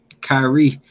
Kyrie